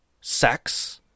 sex